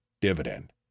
dividend